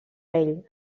ell